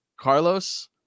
Carlos